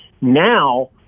Now